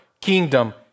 kingdom